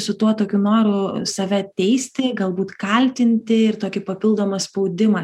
su tuo tokiu noru save teisti galbūt kaltinti ir tokį papildomą spaudimą